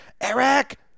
Eric